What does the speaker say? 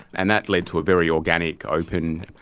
and that led to a very organic, open,